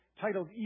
titled